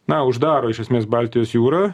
na uždaro iš esmės baltijos jūrą